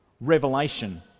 revelation